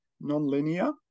non-linear